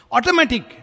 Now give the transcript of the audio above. Automatic